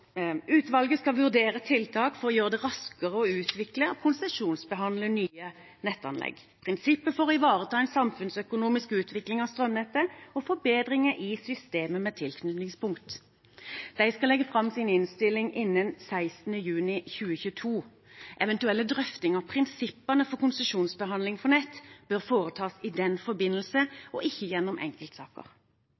Utvalget skal vurdere tiltak for å gjøre det raskere å utvikle og konsesjonsbehandle nye nettanlegg, prinsipper for å ivareta en samfunnsøkonomisk utvikling av strømnettet og forbedringer i systemet med tilknytningspunkt. De skal legge fram sin innstilling innen 16. juni 2022. Eventuelle drøftinger av prinsippene for konsesjonsbehandling for nett bør foretas i den forbindelse